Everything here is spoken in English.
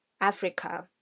Africa